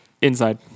inside